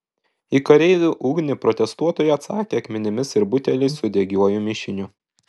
į kareivių ugnį protestuotojai atsakė akmenimis ir buteliais su degiuoju mišiniu